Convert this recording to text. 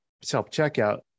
self-checkout